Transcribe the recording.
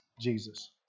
Jesus